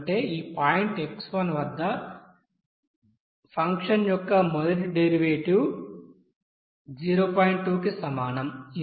అంటే ఈ point x1 వద్ద ఫంక్షన్ యొక్క మొదటి డెరివేటివ్ 0